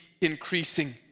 increasing